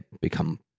become